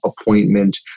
appointment